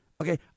Okay